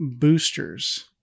boosters